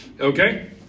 Okay